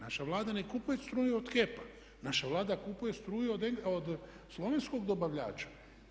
Naša Vlada ne kupuje struju od HEP-a, naša Vlada kupuje struju od slovenskog dobavljača.